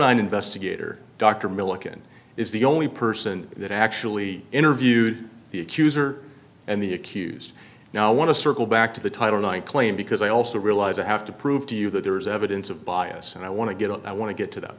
nine investigator dr milliken is the only person that actually interviewed the accuser and the accused now i want to circle back to the title nine claim because i also realize i have to prove to you that there is evidence of bias and i want to get i want to get to that